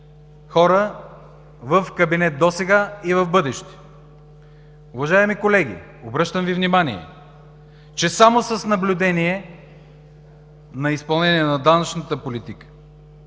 хора в кабинет – досега и в бъдеще. Уважаеми колеги, обръщам Ви внимание, че само с наблюдение на изпълнението на данъчната политика,